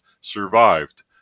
survived